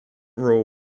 role